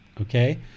okay